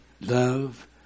love